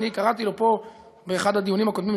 אני קראתי לו פה באחד הדיונים הקודמים,